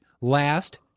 Last